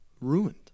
ruined